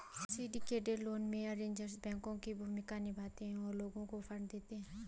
syndicated loan में, arrangers banking की भूमिका निभाते हैं और लोगों को फंड देते हैं